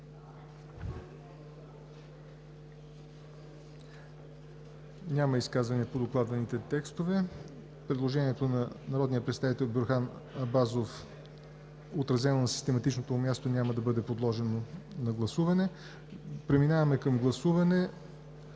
ли изказвания? Няма. Предложението на народния представител Бюрхан Абазов, отразено на систематичното му място, няма да бъде подложено на гласуване. Преминаваме към гласуване